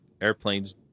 Airplanes